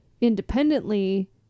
independently